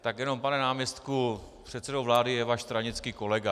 Tak jenom, pane náměstku, předsedou vlády je váš stranický kolega.